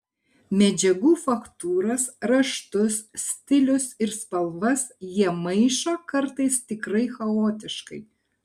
medžiagų faktūras raštus stilius ir spalvas jie maišo kartais tikrai chaotiškai